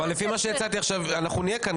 אבל לפי מה שהצעתי עכשיו אנחנו נהיה כאן,